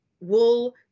wool